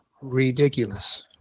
ridiculous